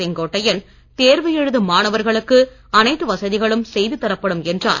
செங்கோட்டையன் தேர்வு எழுதும் மாணவர்களுக்கு அனைத்து வசதிகளும் செய்து தரப்படும் என்றார்